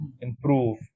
improve